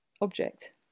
object